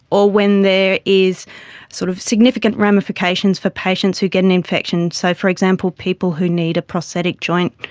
or when there is sort of significant ramifications for patients who get an infection. so, for example, people who need a prosthetic joint,